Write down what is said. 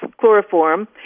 chloroform